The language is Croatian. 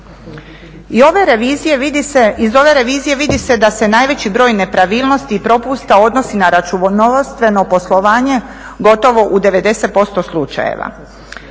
iz ove revizije vidi se da se najveći broj nepravilnosti i propusta odnosi na računovodstveno poslovanje gotovo u 90% slučajeva,